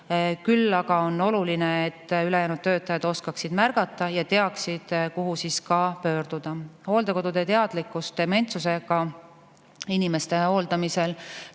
Küll aga on oluline, et ülejäänud töötajad oskaksid märgata ja teaksid, kuhu pöörduda. Hooldekodude teadlikkust dementsusega inimeste hooldamisel